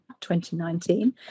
2019